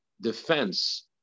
defense